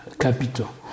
capital